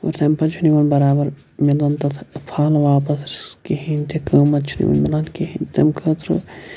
تمہِ پَتہٕ چھُ نہٕ یِمَن بَرابَر مِلان تَتھ پھل واپَس کِہیٖنۍ تہِ قۭمَت چھُ نہٕ یِمَن مِلان کِہیٖنۍ تہِ تمہِ خٲطرٕ